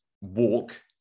walk